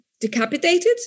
Decapitated